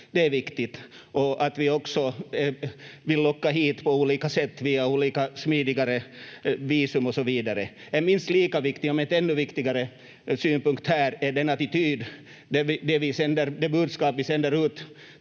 det är viktigt, och att vi också vill locka den hit på olika sätt, via olika smidigare visum och så vidare. En minst lika viktig om inte ännu viktigare synpunkt här är den attityd, det budskap vi sänder ut